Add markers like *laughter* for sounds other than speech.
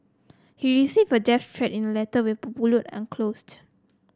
he received a death threat in letter with *unintelligible* enclosed